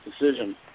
decision